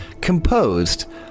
composed